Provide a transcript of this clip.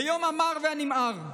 ביום המר והנמהר,